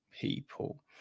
people